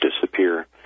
disappear